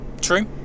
true